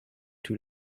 too